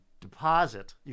deposit